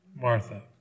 Martha